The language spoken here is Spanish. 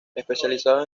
especializado